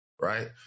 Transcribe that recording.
right